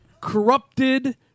Corrupted